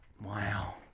Wow